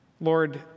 Lord